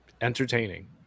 entertaining